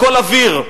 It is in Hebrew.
הכול אוויר.